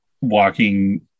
walking